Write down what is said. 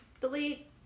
delete